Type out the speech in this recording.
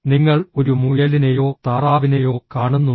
നിങ്ങൾ ഒരു മുയലിനെയോ താറാവിനെയോ കാണുന്നുണ്ടോ